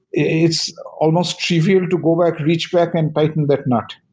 it's almost trivial to go back, reach back and tighten that knot.